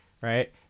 right